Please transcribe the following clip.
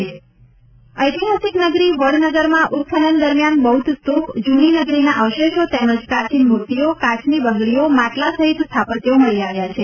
વડનગર ઐતિહાસિક નગરી વડનગરમાં ઉત્ખનન દરમિયાન બૌદ્ધ સ્તૂપ જૂની નગરીના અવશેષો તેમજ પ્રાચીન મૂર્તિઓ કાચની બંગડીઓ માટલા સહિત સ્થાપત્યો મળી આવ્યા છે